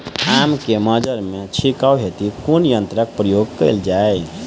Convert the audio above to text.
आम केँ मंजर मे छिड़काव हेतु कुन यंत्रक प्रयोग कैल जाय?